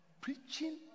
preaching